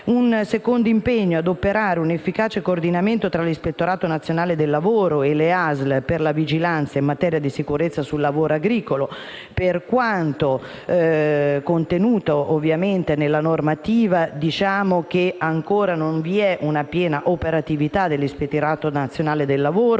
Il secondo impegno è volto a operare un efficace coordinamento tra l'Ispettorato nazionale del lavoro e le ASL per la vigilanza in materia di sicurezza del lavoro agricolo. Per quanto contenuto nella normativa, possiamo dire che ancora non vi è una piena operatività dell'Ispettorato nazionale del lavoro